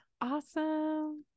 Awesome